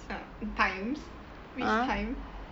err times which time